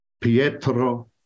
Pietro